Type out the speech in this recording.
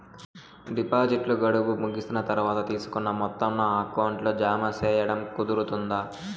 డిపాజిట్లు గడువు ముగిసిన తర్వాత, తీసుకున్న మొత్తం నా అకౌంట్ లో జామ సేయడం కుదురుతుందా?